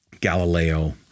Galileo